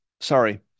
sorry